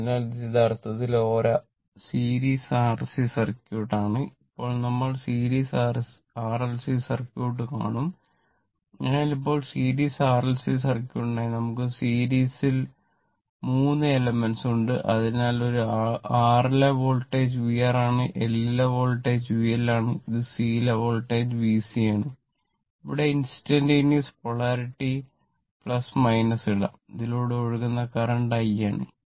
അതിനാൽ ഇത് യഥാർത്ഥത്തിൽ ഒരു സീരീസ് R C സർക്യൂട്ട് ന് ഇടാം ഇതിലൂടെ ഒഴുകുന്ന കറന്റ് I ആണ്